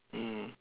mm